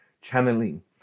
channeling